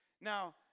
Now